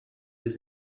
his